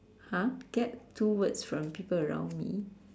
!huh! get two words from people around me